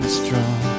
strong